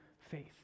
faith